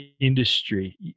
industry